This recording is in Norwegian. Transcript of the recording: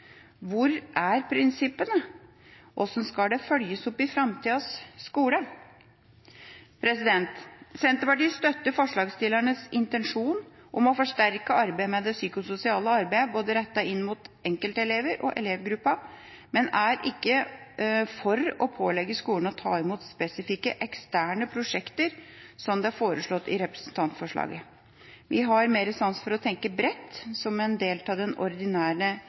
Hvor er prinsippene? Hvordan skal det følges opp i framtidas skole? Senterpartiet støtter forslagsstillernes intensjon om å forsterke arbeidet med det psykososiale arbeidet rettet inn mot både enkeltelever og elevgrupper, men er ikke for å pålegge skolen å ta imot spesifikke eksterne prosjekter, som det foreslås i representantforslaget. Vi har mer sans for å tenke bredt, som en del av den ordinære